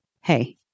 hey